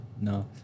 No